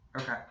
Okay